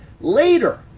Later